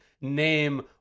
name